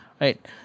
right